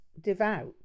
devout